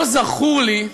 לא זכור לי,